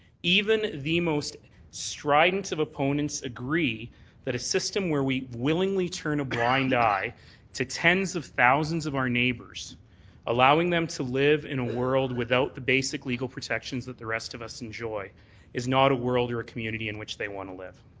even the most strident of opponents agree that a system where we willingly turn a blind eye to tens of thousands of our neighbours allowing them to live in a world without the basic legal protections that the rest of us enjoy is not a world or a community in which they want to live.